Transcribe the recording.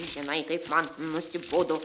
žinai kaip man nusibodo